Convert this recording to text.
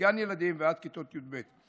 מגן ילדים ועד כיתות י"ב.